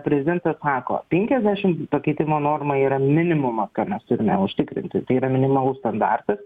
prezidentas sako penkiasdešim pakeitimo norma yra minimumas ką mes turime užtikrinti tai yra minimalus standartas